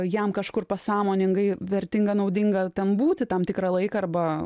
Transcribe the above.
jam kažkur pasąmoningai vertinga naudinga ten būti tam tikrą laiką arba